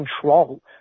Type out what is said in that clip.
control